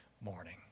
morning